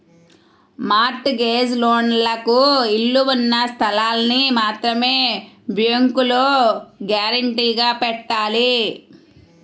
mart gauge లోన్లకు ఇళ్ళు ఉన్న స్థలాల్ని మాత్రమే బ్యేంకులో గ్యారంటీగా పెట్టాలి